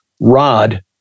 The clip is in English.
rod